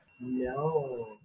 No